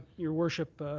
your worship,